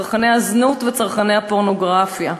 צרכני הזנות וצרכני הפורנוגרפיה.